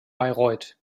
bayreuth